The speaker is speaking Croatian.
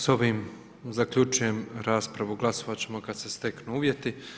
S ovim zaključujem raspravu, glasovat ćemo kada se steknu uvjeti.